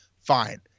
fine